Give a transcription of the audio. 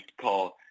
call